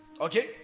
okay